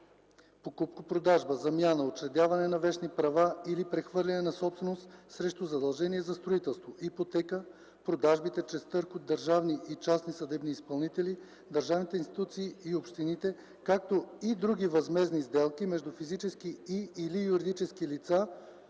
покупко-продажба, замяна, учредяване на вещни права или прехвърляне на собственост срещу задължения за строителство, ипотека, продажбите чрез търг от държавни и частни съдебни изпълнители, държавните институции и общините, както и други възмездни сделки между физически и/или юридически лица,